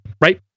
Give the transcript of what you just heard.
right